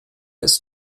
ist